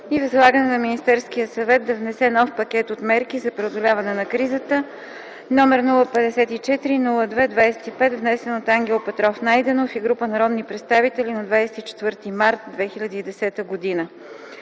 и възлагане на Министерския съвет да внесе нов пакет от мерки за преодоляване на кризата, № 054-02-25, внесен от Ангел Петров Найденов и група народни представители на 24.03.2010 г.